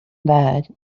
bad